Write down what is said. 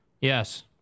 Yes